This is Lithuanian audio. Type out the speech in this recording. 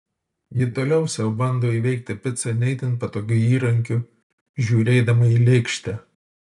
ji toliau sau bando įveikti picą ne itin patogiu įrankiu žiūrėdama į lėkštę